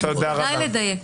נא לדייק.